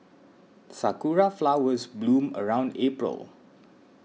sakura flowers bloom around April